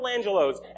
Michelangelos